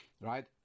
right